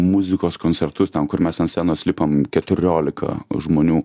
muzikos koncertus ten kur mes ant scenos lipam keturiolika žmonių